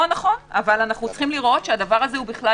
אבל אנחנו צריכים לראות שזה ישים.